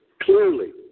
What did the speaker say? clearly